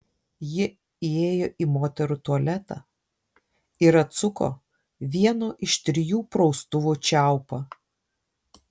ji įėjo į moterų tualetą ir atsuko vieno iš trijų praustuvų čiaupą